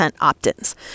opt-ins